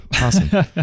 Awesome